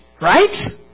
right